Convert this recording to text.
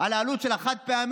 על העלות של החד-פעמי.